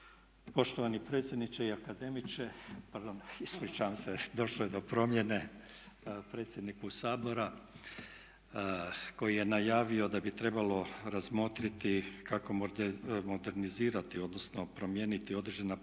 poštovani predsjedniče i akademiče, pardon ispričavam se došlo je do promjene predsjedniku Sabora koji je najavio da bi trebalo razmotriti kako modernizirati odnosno promijeniti određene pravila